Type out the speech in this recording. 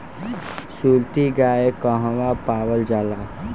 सुरती गाय कहवा पावल जाला?